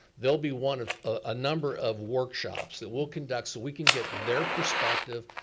they'll be one of a number of workshops that we'll conduct so we can get their perspective,